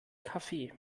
kaffee